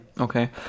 Okay